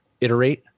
iterate